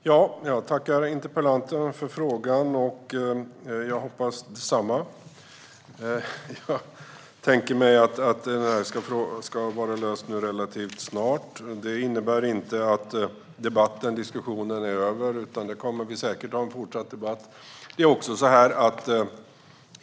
Herr talman! Jag tackar interpellanten för frågan, och jag hoppas detsamma! Jag tänker mig att detta ska vara löst relativt snart. Det innebär inte att diskussionen är över, utan vi kommer säkert att fortsätta att ha en debatt.